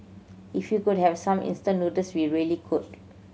if we could have some instant noodles we really could